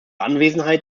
anwesenheit